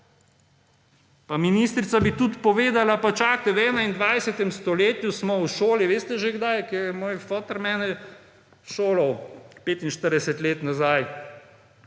ministrica bi tudi povedala, pa čakajte, v 21. stoletju smo v šoli − veste že kdaj? Ko je moj fotr mene šolal 45 let nazaj,